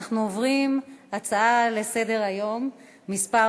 אנחנו עוברים להצעה לסדר-היום מס'